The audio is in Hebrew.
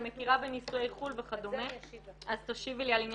היא מכירה בנישואי חו"ל וכדומה --- אני אשיב לך על זה.